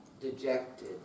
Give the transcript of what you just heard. dejected